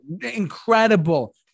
incredible